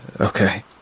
Okay